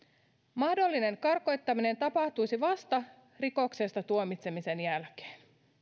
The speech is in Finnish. mahdollinen karkottaminen tapahtuisi vasta rikoksesta tuomitsemisen jälkeen